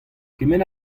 kement